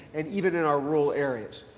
and even in our rural areas,